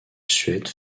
suède